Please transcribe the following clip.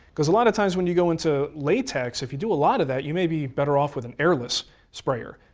because a lot of times when you go into latex, if you do a lot of that you may be better off with an airless sprayer.